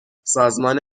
سازمان